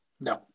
No